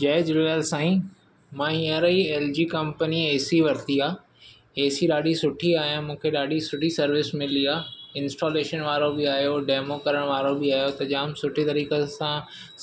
जय झूलेलाल साईं मां हींअर ई एल जी कम्पनी जी ए सी वरिती आहे ए सी ॾाढी सुठी आहे ऐं मूंखे ॾाढी सुठी सर्विस मिली आहे इंस्टालेशन वारो बि आयो डेमो करणु वारो बि आयो त जामु सुठी तरीक़े सां